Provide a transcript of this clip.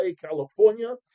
California